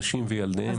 נשים וילדיהן,